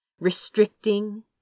restricting